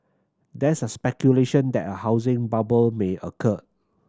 there is speculation that a housing bubble may occur